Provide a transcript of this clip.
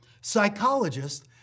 Psychologists